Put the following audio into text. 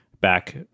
back